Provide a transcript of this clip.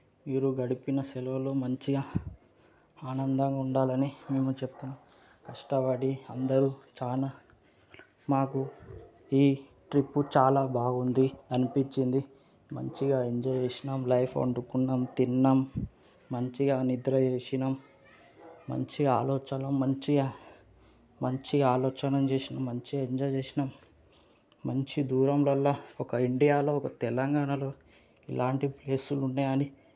మీరు గడిపిన సెలవులు మంచిగా ఆనందంగా ఉండాలని మేము చెబుతున్నాం కష్టపడి అందరూ చాలా మాకు ఈ ట్రిప్పు చాలా బాగుంది అనిపించింది మంచిగా ఎంజాయ్ చేసినాం లైఫ్ వండుకున్నాం తిన్నాం మంచిగా నిద్ర చేసినాం మంచి ఆలోచనలు మంచిగా మంచిగా ఆలోచన చేసి మంచిగా ఎంజాయ్ చేసినాం మంచిగా దూరంగల ఒక ఇండియాలో ఒక తెలంగాణలో ఇలాంటి ప్లేసులు ఉన్నాయని